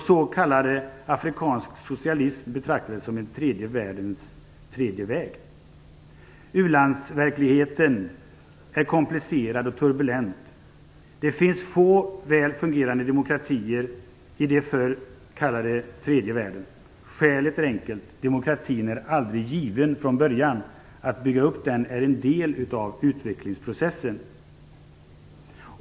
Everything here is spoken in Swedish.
S.k. afrikansk socialism betraktades som en tredje världens tredje väg. U-landsverkligheten är komplicerad och turbulent. Det finns få väl fungerande demokratier i det vi förr kallade tredje världen. Skälet är enkelt. Demokratin är aldrig given från början. Att bygga upp den är en del av utvecklingsprocessen.